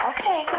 Okay